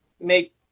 make